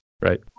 right